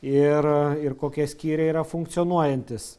ir ir kokie skyriai yra funkcionuojantys